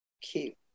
Keep